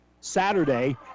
Saturday